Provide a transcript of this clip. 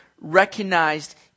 recognized